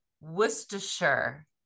Worcestershire